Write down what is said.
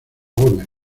gómez